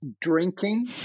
Drinking